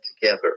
together